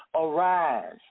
Arise